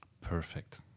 Perfect